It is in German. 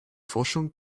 forschung